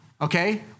okay